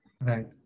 Right